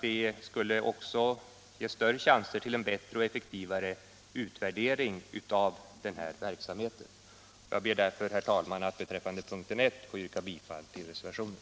Det skulle också ge större chanser till bättre och effektivare utvärdering av den här verksamheten. Jag ber, herr talman, att beträffande punkten I få instämma i yrkandet om bifall till reservationen.